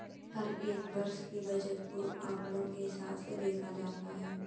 हर एक वर्ष की बचत को आंकडों के हिसाब से देखा जाता है